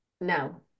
no